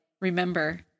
remember